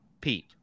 pete